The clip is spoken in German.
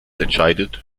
entscheidet